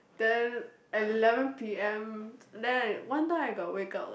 then at eleven P_M then I one time I got wake up lah